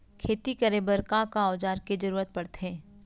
खेती करे बर का का औज़ार के जरूरत पढ़थे?